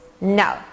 no